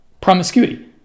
promiscuity